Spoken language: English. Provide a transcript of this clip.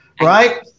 right